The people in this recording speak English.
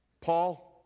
Paul